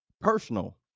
personal